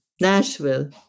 Nashville